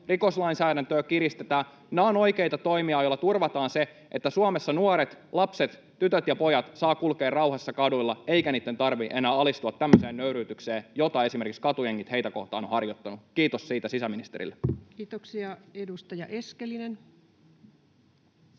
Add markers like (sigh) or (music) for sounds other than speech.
rikoslainsäädäntöä kiristetään. Nämä ovat oikeita toimia, joilla turvataan se, että Suomessa nuoret, lapset, tytöt ja pojat, saavat kulkea rauhassa kaduilla eikä heidän tarvitse enää alistua tämmöiseen nöyryytykseen, (noise) jota esimerkiksi katujengit heitä kohtaan ovat harjoittaneet. Kiitos siitä sisäministerille. [Speech 233] Speaker: